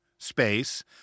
space